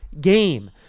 game